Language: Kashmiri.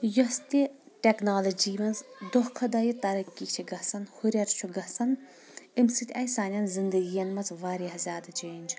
یۄس تہِ ٹٮ۪کنالوجی منٛز دۄہ کھۄتہٕ دۄہ یہِ ترقی چھِ گژھان ہُریر چھُ گژھان امہِ سۭتۍ آیہِ سانٮ۪ن زندگین منٛز واریاہ زیادٕ چینج